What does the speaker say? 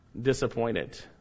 disappointed